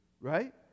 Right